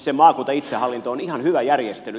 se maakuntaitsehallinto on ihan hyvä järjestely